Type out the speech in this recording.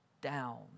down